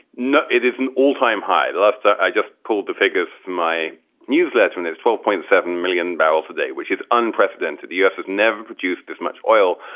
it is an all time high. last. i just pulled the figures for my newsletter and it's twelve point seven million barrels a day, which is unprecedented. the u s. has never produced as much oil.